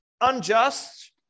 unjust